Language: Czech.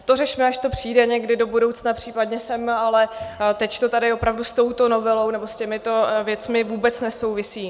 To řešme, až to přijde někdy do budoucna případně, ale teď to tady opravdu s touto novelou nebo s těmito věcmi vůbec nesouvisí.